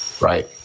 right